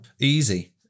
Easy